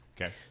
Okay